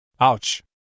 Ouch